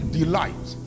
delight